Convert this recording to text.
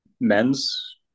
men's